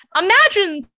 Imagine